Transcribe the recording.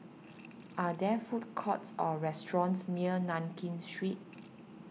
are there food courts or restaurants near Nankin Street